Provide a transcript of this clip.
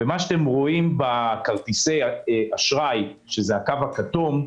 מה שאתם רואים בכרטיסי האשראי, שזה הקו הכתום,